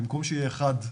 במקום שיהיה אחד,